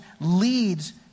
leads